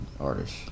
artist